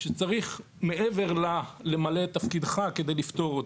שצריך מעבר לה למלא את תפקידך כדי לפתור אותה.